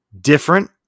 different